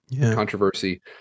controversy